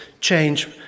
change